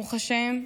ברוך השם,